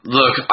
look